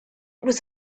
was